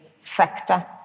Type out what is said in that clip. sector